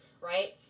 right